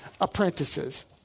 apprentices